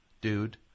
dude